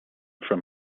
from